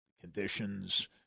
conditions